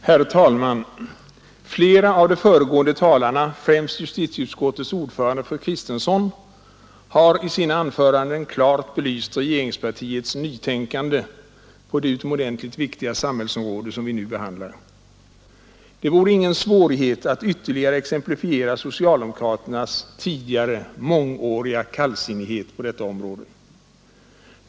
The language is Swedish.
Herr talman! Flera av de föregående talarna, främst justitieutskottets ordförande fru Kristensson, har i sina anföranden klart belyst regeringspartiets nytänkande på det utomordentligt viktiga samhällsområde som vi nu behandlar. Det vore ingen svårighet att ytterligare exemplifiera socialdemokraternas tidigare mångåriga kallsinnighet på detta område.